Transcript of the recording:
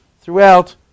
throughout